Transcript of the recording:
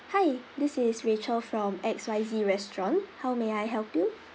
hi this is rachel from X Y Z restaurant how may I help you